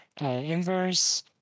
Inverse